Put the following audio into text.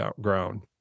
ground